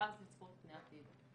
ואז לצפות פני עתיד.